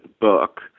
book